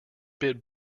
bit